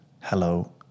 hello